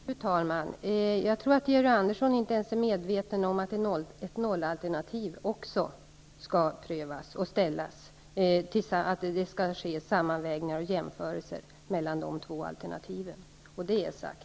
Fru talman! Jag tror att Georg Andersson inte ens är medveten om att ett nollalternativ också skall prövas och att det skall ske sammanvägningar och jämförelser mellan de två alternativen. Det är sagt.